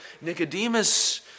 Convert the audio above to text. Nicodemus